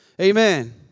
Amen